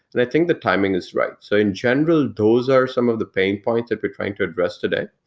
and i think the timing is right. so, in general, those are some of the pain point that we're trying to address today.